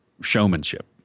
showmanship